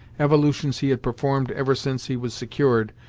evolutions he had performed ever since he was secured,